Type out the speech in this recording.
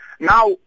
Now